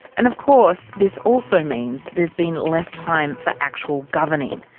and of course this also means there's been less time for actual governing.